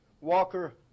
Walker